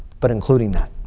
but including that.